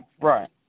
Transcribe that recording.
Right